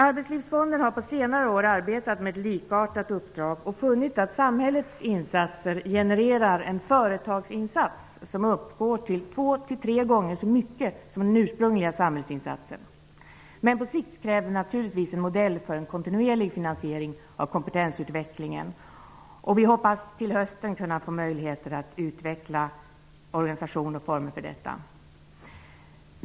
Arbetslivsfonden har på senare år arbetat med ett likartat uppdrag och funnit att samhällets insatser genererar en företagsinsats som uppgår till två tre gånger så mycket som den ursprungliga samhällsinsatsen. Men på sikt krävs naturligtvis en modell för en kontinuerlig finansiering av kompetensutvecklingen. Vi hoppas att till hösten få möjligheter att utveckla organisation och form för detta.